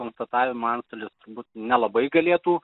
konstatavimo antstolis turbūt nelabai galėtų